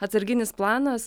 atsarginis planas